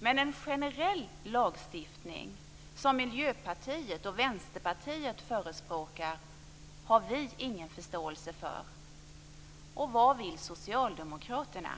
Men en generell lagstiftning, som Miljöpartiet och Vänsterpartiet förespråkar, har vi ingen förståelse för. Vad vill Socialdemokraterna?